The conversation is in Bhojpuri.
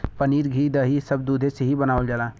पनीर घी दही सब दुधे से ही बनावल जाला